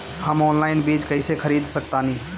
हम ऑनलाइन बीज कईसे खरीद सकतानी?